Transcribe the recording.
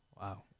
Wow